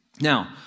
Now